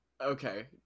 okay